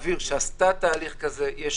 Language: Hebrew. שעשתה תהליך כזה ומסוגלת להעביר.